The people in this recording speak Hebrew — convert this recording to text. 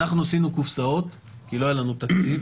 אנחנו עשינו קופסות, כי לא היה לנו תקציב.